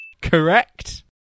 Correct